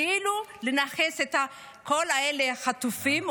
כאילו לנכס את כל החטופים,